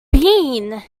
been